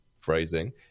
Phrasing